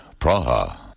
Praha